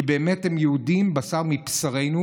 כי באמת הם יהודים, בשר מבשרנו.